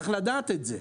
צריך לדעת את זה.